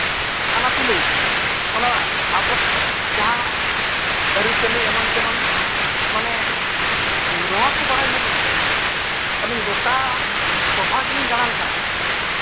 ᱠᱟᱱᱟ ᱛᱚᱞᱤᱧ ᱚᱱᱟ ᱟᱵᱚᱣᱟᱜ ᱡᱟᱦᱟᱸ ᱟᱹᱨᱤᱪᱟᱹᱞᱤ ᱮᱢᱟᱱ ᱛᱮᱢᱟᱱ ᱢᱟᱱᱮ ᱱᱚᱣᱟ ᱠᱚ ᱵᱟᱲᱟᱭ ᱞᱟᱹᱜᱤᱫᱛᱮ ᱟᱹᱞᱤᱧ ᱜᱳᱴᱟ ᱴᱚᱴᱷᱟ ᱜᱮᱞᱤᱧ ᱫᱟᱬᱟᱱ ᱠᱟᱱᱟ